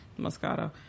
Moscato